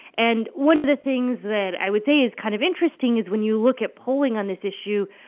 and one of the things that i would say is kind of interesting is when you look at polling on this issue,